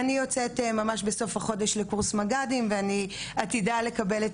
אני יוצאת ממש בסוף החודש לקורס מג"דים ואני עתידה לקבל את